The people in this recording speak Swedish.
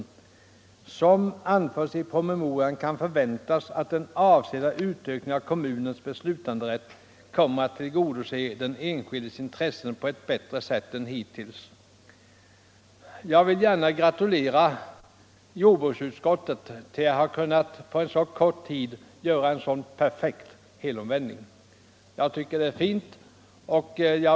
Som anförts i promemorian kan förväntas att den avsedda utökningen av kommunens beslutanderätt kommer att tillgodose den enskildes intressen på ett bättre sätt än hittills.” Jag vill gärna gratulera jordbruksutskottet till att på så kort tid ha kunnat göra en sådan perfekt helomvändning; det är fint.